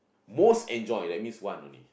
most enjoy that means one only